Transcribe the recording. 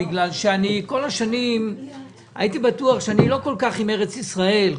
כי כל השנים הייתי בטוח שאני לא כל כך עם ארץ ישראל.